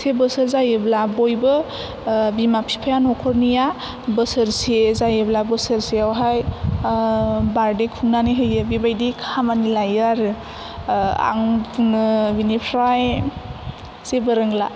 से बोसोर जायोब्ला बयबो बिमा बिफाया न'खरनिया बोसोर से जायोब्ला बोसोरसेयावहाय बारदे खुंनानै होयो बेबादि खामानि लायो आरो आं बुंनो बेनिफ्राइ जेबो रोंला